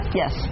yes